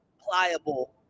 pliable